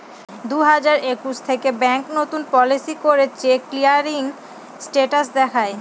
দুই হাজার একুশ থেকে ব্যাঙ্ক নতুন পলিসি করে চেক ক্লিয়ারিং স্টেটাস দেখায়